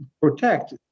protect